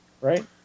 Right